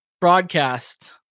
broadcast